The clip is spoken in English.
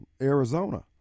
Arizona